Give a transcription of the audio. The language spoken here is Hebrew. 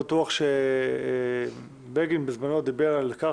חברי הכנסת, אני מתכבד לפתוח את ישיבת ועדת הכנסת.